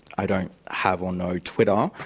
i don't have or know twitter,